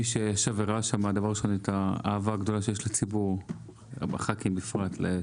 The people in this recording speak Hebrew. מי שישב ראה שם את האהבה של הציבור לח"כים בפרט וגם